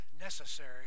necessary